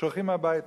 שולחים הביתה.